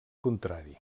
contrari